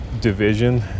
division